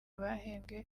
bahembwe